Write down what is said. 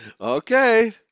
Okay